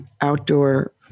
outdoor